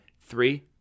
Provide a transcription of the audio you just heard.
Three